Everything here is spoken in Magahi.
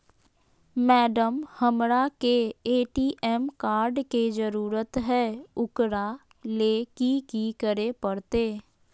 मैडम, हमरा के ए.टी.एम कार्ड के जरूरत है ऊकरा ले की की करे परते?